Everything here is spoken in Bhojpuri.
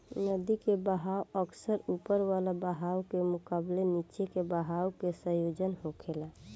नदी के बहाव अक्सर ऊपर वाला बहाव के मुकाबले नीचे के बहाव के संयोजन होखेला